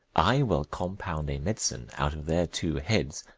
i will compound a medicine, out of their two heads,